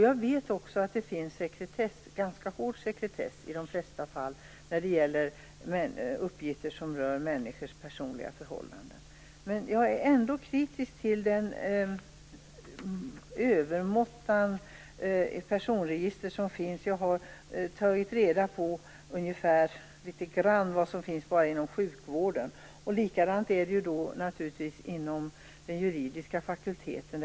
Jag vet att det finns sekretess, ganska hård sekretess i de flesta fall, när det gäller uppgifter som rör människors personliga förhållanden. Men jag är ändå kritisk till den stora mängd personregister som finns - jag har tagit reda på ungefär vad som finns bara inom sjukvården. Likadant är det naturligtvis inom den juridiska fakulteten.